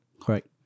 Correct